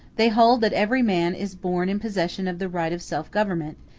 they hold that every man is born in possession of the right of self-government,